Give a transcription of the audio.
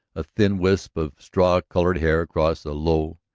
a thin wisp of straw-colored hair across a low,